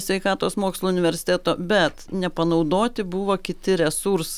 sveikatos mokslų universiteto bet nepanaudoti buvo kiti resurs